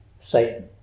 Satan